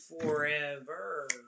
forever